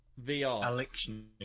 VR